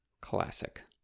classic